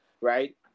right